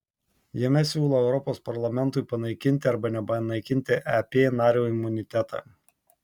jame siūlo europos parlamentui panaikinti arba nepanaikinti ep nario imunitetą